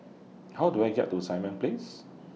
How Do I get to Simon Place